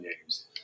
names